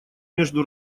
между